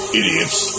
idiots